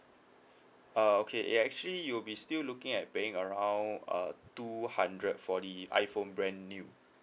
uh okay it actually you will be still looking at paying around uh two hundred for the iphone brand new